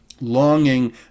longing